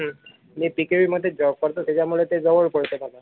हं मी पी के वीमध्येच जॉब करतो त्याच्यामुळे ते जवळ पडतं मला